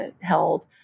held